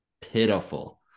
pitiful